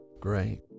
Great